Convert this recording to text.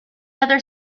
other